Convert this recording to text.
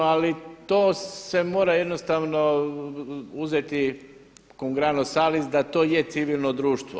Ali to se mora jednostavno uzeti kon grano salis da to je civilno društvo.